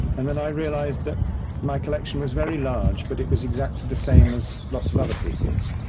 and then i realized that my collection was very large, but it was exactly the same as lots of other peoples.